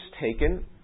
taken